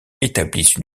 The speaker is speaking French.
établissent